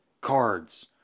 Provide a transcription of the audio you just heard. cards